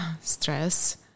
stress